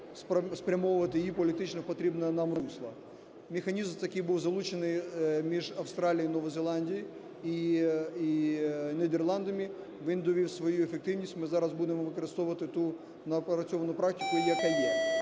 спрямовувати її в політично потрібне нам русло. Механізм такий був залучений між Австралією і Новою Зеландією, і Нідерландами, він довів свою ефективність, ми зараз будемо використовувати ту напрацьовану практику, яка є.